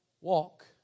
walk